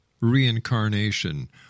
reincarnation